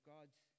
God's